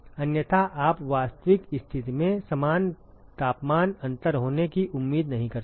अन्यथा आप वास्तविक स्थिति में समान तापमान अंतर होने की उम्मीद नहीं कर सकते